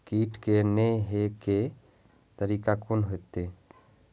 कीट के ने हे के तरीका कोन होते?